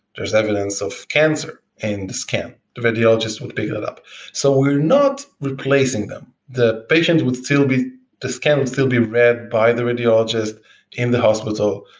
there's evidence of cancer in the scan, the radiologist would pick it it up so we're not replacing them. the patient would still be the scan will still be read by the radiologist in the hospital,